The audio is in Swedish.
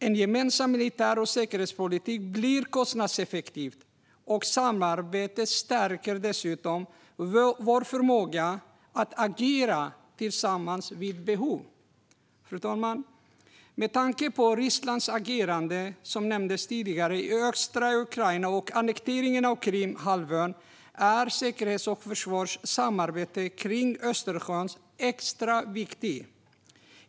En gemensam militär och säkerhetspolitik blir kostnadseffektiv, och samarbetet stärker dessutom vår förmåga att agera tillsammans vid behov. Med tanke på Rysslands agerande i östra Ukraina och annekteringen av Krimhalvön, som nämndes tidigare, är säkerhets och försvarssamarbete kring Östersjön extra viktigt.